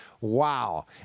wow